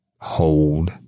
hold